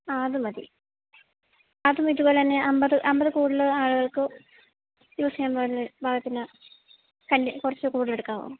ആ അതുമതി അതും ഇതുപോലെ തന്നെ അമ്പത് അമ്പതില് കൂടുതല് ആളുകൾക്ക് യൂസ് ചെയ്യാന് പാകത്തിന് തന്നെ കുറച്ച് കൂടുതലെടുക്കാമോ